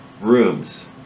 rooms